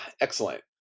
Excellent